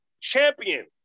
Champion